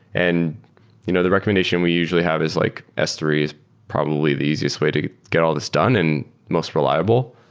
and you know the recommendation we usually have is like s three is probably the easiest way to get all these done and most reliable.